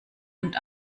und